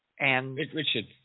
Richard